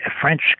French